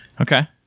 Okay